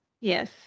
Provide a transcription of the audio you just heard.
Yes